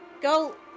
Go